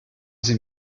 sie